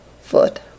foot